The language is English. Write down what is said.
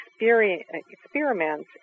experiments